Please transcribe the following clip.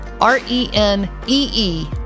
R-E-N-E-E